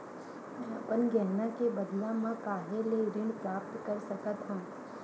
मै अपन गहना के बदला मा कहाँ ले ऋण प्राप्त कर सकत हव?